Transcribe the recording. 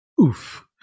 Oof